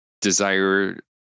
desire